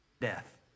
death